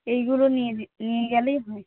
এইগুলো নিয়ে যেয়ে নিয়ে গেলেই হয়